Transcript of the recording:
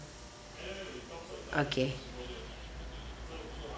okay